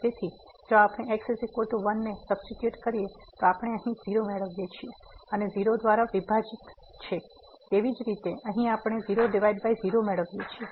તેથી જો આપણે x 1 ને સબ્સીટ્યુટ કરીએ તો આપણે અહીં 0 મેળવીએ છીએ અને 0 દ્વારા વિભાજીત છે તેવી જ રીતે અહીં આપણે 00 મેળવીએ છીએ